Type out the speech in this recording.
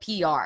PR